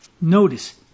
Notice